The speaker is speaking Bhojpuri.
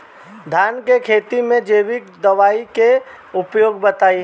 धान के खेती में जैविक दवाई के उपयोग बताइए?